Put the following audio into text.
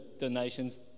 donations